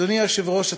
אדוני היושב-ראש,